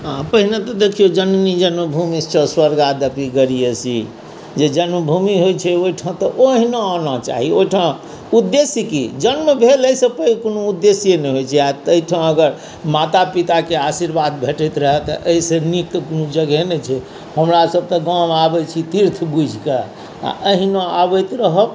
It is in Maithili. हँ पहिने तऽ देखियौ जननी जन्मभूमिस्च स्वर्गाद्यपि गरीयसी जे जन्मभूमि होइ छै ओहिठाम तऽ एहिना आना चाही ओहिठाम उद्देश्य की जन्म भेल एहिसँ पैघ कोनो उद्देश्ये नहि होइ छै आ ताहिठाम अगर माता पिता के आशीर्वाद भेटैत रहए तऽ एहिसँ नीक तऽ कोनो जगहे नहि छै हमरासब तऽ गाँवमे आबै छी तीर्थ बुझि कऽ आ अहिना अबैत रहब